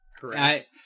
Correct